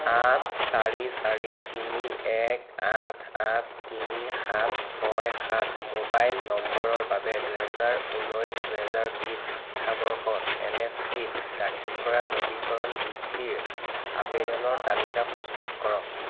আঠ চাৰি চাৰি তিনি এক আঠ আঠ তিনি সাত ছয় সাত ম'বাইল নম্বৰৰ বাবে দুহেজাৰ ঊনৈছ দুহেজাৰ বিশ শিক্ষাবৰ্ষত এন এছ পি ত দাখিল কৰা নবীকৰণ বৃত্তিৰ আবেদনৰ তালিকা প্ৰস্তুত কৰক